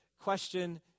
question